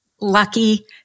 lucky